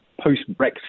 post-Brexit